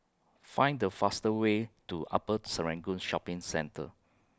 Find The fastest Way to Upper Serangoon Shopping Centre